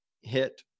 hit